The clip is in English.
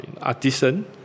artisan